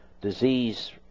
disease